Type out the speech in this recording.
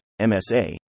MSA